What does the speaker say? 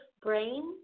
brain